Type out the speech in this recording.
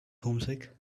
homesick